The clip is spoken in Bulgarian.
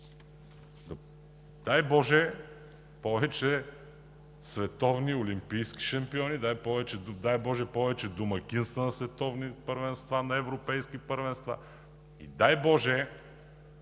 Дай боже, повече световни и олимпийски шампиони, дай боже, повече домакинства на световни, на европейски първенства и, дай боже,